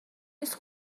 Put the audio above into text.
نیست